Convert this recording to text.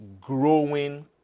growing